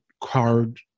card